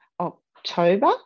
October